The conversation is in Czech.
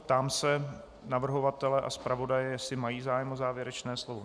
Ptám se navrhovatele a zpravodaje, jestli mají zájem o závěrečné slovo.